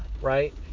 Right